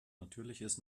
natürliches